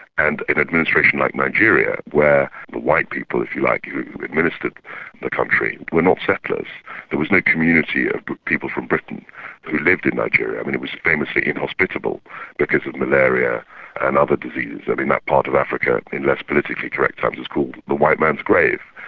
and an administration like nigeria, where the white people, if you like, who administered the country were not settlers there was no community of but people from britain who lived in nigeria. i mean it was famously inhospitable because of malaria and other diseases. i mean that part of africa in less politically correct times was called the white man's grave.